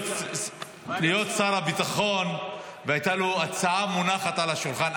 להיות שר הביטחון והייתה לו הצעה מונחת על השולחן.